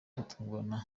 gutungurana